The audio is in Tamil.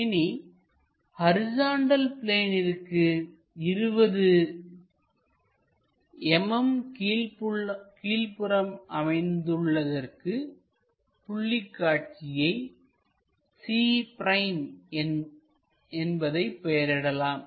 இனி ஹரிசாண்டல் பிளேனிற்கு 20 mm கீழ்புறம் அமைத்துள்ளதற்கு புள்ளி காட்சியை c' என்பதை பெயரிடலாம்